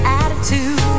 attitude